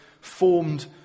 formed